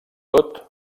tot